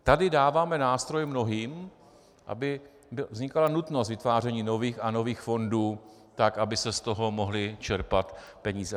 Tady dáváme nástroj mnohým, aby vznikala nutnost vytváření nových a nových fondů tak, aby se z toho mohly čerpat peníze.